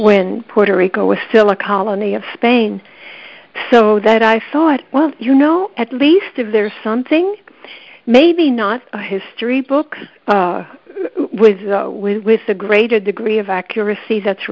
when puerto rico was still a colony of spain so that i thought well you know at least of their something maybe not a history book with with with a greater degree of accuracy that's